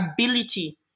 ability